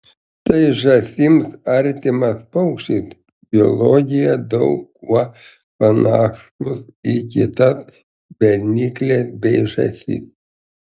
tai žąsims artimas paukštis biologija daug kuo panašus į kitas bernikles bei žąsis